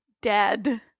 dead